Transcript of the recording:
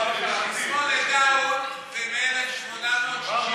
אדוני היושב-ראש, תסמונת דאון זה מ-1866.